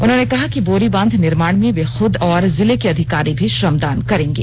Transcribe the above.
उन्होंने कहा कि बोरीबांध निर्माण में वे खुद और जिले के अधिकारी भी श्रमदान करेंगे